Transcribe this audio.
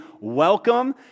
welcome